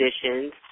conditions